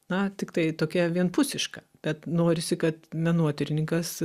na tiktai tokia vienpusiška bet norisi kad menotyrininkas